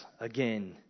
again